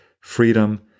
freedom